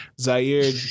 Zaire